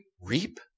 reap